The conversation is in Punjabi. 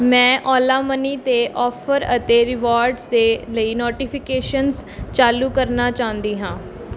ਮੈਂ ਓਲਾ ਮਨੀ ਅਤੇ ਔਫ਼ਰ ਅਤੇ ਰਿਵੋਰਡਸ ਦੇ ਲਈ ਨੋਟੀਫਿਕੇਸ਼ਨਸ ਚਾਲੂ ਕਰਨਾ ਚਾਹੁੰਦੀ ਹਾਂ